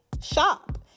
Shop